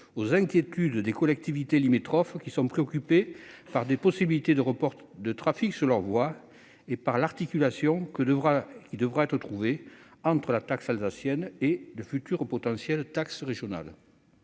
aux inquiétudes des collectivités limitrophes, qui sont préoccupées par des possibilités de report de trafic sur leurs voies et par l'articulation qui devra être trouvée entre la taxe alsacienne et de futures potentielles taxes régionales.